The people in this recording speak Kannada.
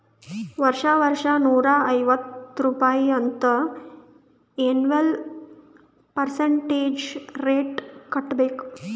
ವರ್ಷಾ ವರ್ಷಾ ನೂರಾ ಐವತ್ತ್ ರುಪಾಯಿ ಅಂತ್ ಎನ್ವಲ್ ಪರ್ಸಂಟೇಜ್ ರೇಟ್ ಕಟ್ಟಬೇಕ್